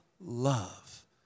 love